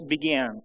began